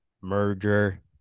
merger